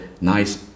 nice